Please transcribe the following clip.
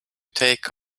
take